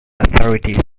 authorities